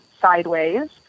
sideways